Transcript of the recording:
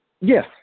Yes